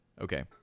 Okay